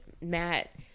Matt